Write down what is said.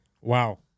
Wow